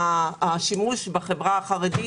השימוש בחברה החרדית